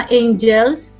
angels